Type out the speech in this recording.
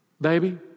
baby